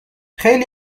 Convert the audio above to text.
خیلی